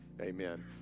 Amen